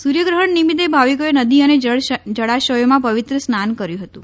સૂર્યગ્રહણ નિમિત્તે ભાવિકોએ નદી અને જળાશયોમાં પવિત્ર સ્નાન કર્યું હતું